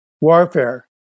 warfare